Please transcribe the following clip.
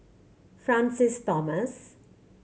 Francis Thomas